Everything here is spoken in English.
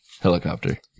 Helicopter